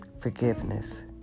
Forgiveness